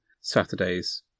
Saturdays